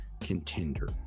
contender